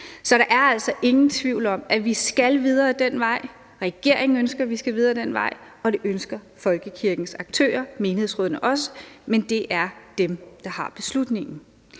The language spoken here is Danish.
Så der er altså ingen tvivl om, at vi skal videre ad den vej. Regeringen ønsker, at vi skal videre ad den vej, og det ønsker folkekirkens aktører, menighedsrådene, også, men det er dem, der har beslutningen.